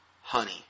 honey